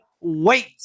wait